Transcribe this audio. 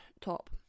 top